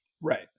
right